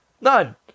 None